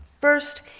First